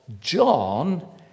John